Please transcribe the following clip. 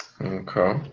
Okay